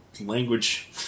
language